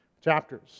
chapters